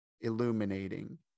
illuminating